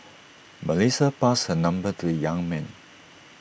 Melissa passed her number to the young man